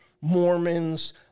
Mormons